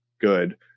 good